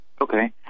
Okay